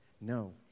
No